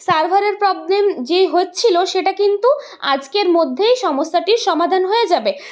সার্ভারের প্রবলেম যে হচ্ছিল সেটা কিন্তু আজকের মধ্যেই সমস্যাটির সমাধান হয়ে যাবে